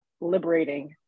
liberating